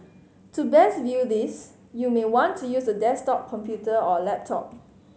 to best view this you may want to use a desktop computer or a laptop